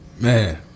man